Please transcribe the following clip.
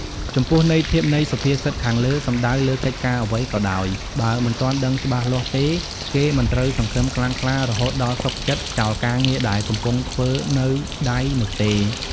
ចំពោះន័យធៀបនៃសុភាសិតខាងលើសំដៅលើកិច្ចការអ្វីក៏ដោយបើមិនទាន់ដឹងច្បាស់លាស់ទេគេមិនត្រូវសង្ឃឹមខ្លាំងក្លារហូតដល់សុខចិត្តចោលការងារដែលកំពុង ធ្វើនៅដៃនោះទេ។